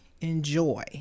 enjoy